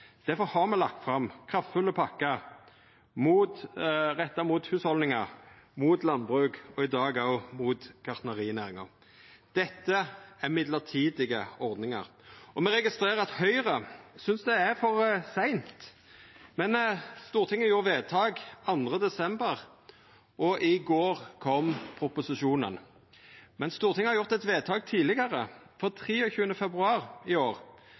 har me lagt fram kraftfulle pakkar retta mot hushald, mot landbruk og i dag òg mot gartnerinæringa. Dette er mellombelse ordningar. Så registrerer me at Høgre synest det er for seint, men Stortinget gjorde vedtak den 2. desember, og i går kom proposisjonen. Men Stortinget har gjort eit vedtak tidlegare, for den 23. februar i år